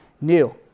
new